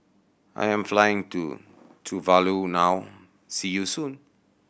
I am flying to Tuvalu now See you soon